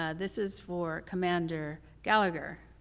ah this is for commander gallagher.